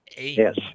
yes